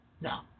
No